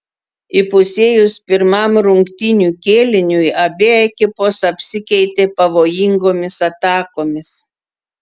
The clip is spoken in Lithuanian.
įpusėjus pirmam rungtynių kėliniui abi ekipos apsikeitė pavojingomis atakomis